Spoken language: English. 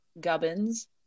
gubbins